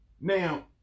Now